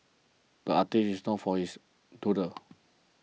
the artist is known for his doodles